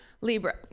Libra